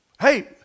hey